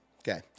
okay